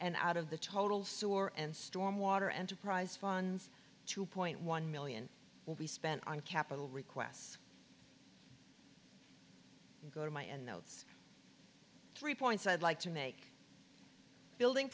and out of the total sewer and storm water enterprise funds two point one million will be spent on capital requests go to my and those three points i'd like to make building